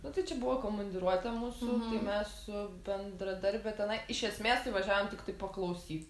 nu tai čia buvo komandiruotė mūsų tai mes su bendradarbe tenai iš esmės tai važiavom tiktai paklausyt tai